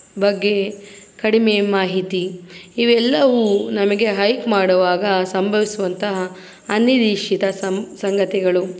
ಬಗ್ಗೆ ಕಡಿಮೆ ಮಾಹಿತಿ ಇವೆಲ್ಲವೂ ನಮಗೆ ಹೈಕ್ ಮಾಡುವಾಗ ಸಂಭವಿಸುವಂತಹ ಅನಿರೀಕ್ಷಿತ ಸಂಗತಿಗಳು